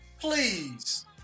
please